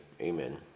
amen